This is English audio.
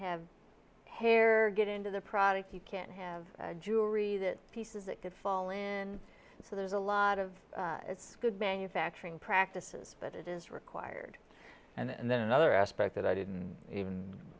have hair get into the product you can have jewelry that pieces that could fall in so there's a lot of it's good manufacturing practices but it is required and then another aspect that i didn't even